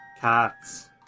Cats